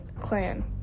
clan